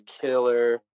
killer